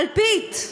אלפית,